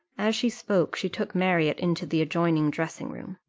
as she spoke, she took marriott into the adjoining dressing-room.